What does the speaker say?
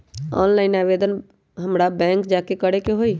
Online आवेदन हमरा bank जाके करे के होई?